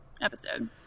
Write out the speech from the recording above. episode